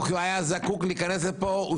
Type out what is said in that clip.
כי היה זקוק להיכנס לכאן.